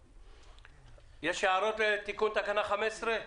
יש הערות לתיקון תקנה 15?